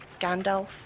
Gandalf